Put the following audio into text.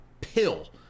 pill